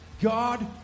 God